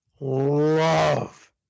love